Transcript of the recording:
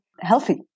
healthy